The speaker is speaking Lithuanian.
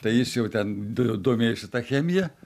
tai jis jau ten do domėjosi ta chemija